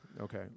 Okay